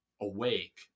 awake